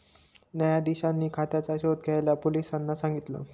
न्यायाधीशांनी खात्याचा शोध घ्यायला पोलिसांना सांगितल